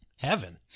Heaven